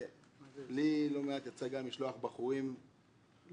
לי לא מעט יצא גם לשלוח בחורים למקום.